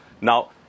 now